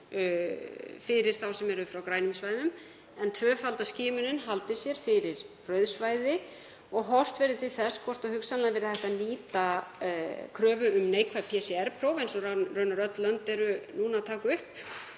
fyrir þá sem eru frá grænum svæðum en tvöfalda skimunin haldi sér fyrir rauð svæði og horft verði til þess hvort hugsanlega verði hægt að nýta kröfu um neikvæð PCR-próf, eins og raunar öll lönd eru að taka upp,